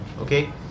okay